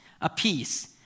apiece